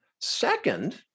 Second